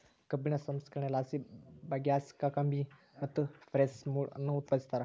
ಕಬ್ಬಿನ ಸಂಸ್ಕರಣೆಲಾಸಿ ಬಗ್ಯಾಸ್, ಕಾಕಂಬಿ ಮತ್ತು ಪ್ರೆಸ್ ಮಡ್ ಅನ್ನು ಉತ್ಪಾದಿಸುತ್ತಾರೆ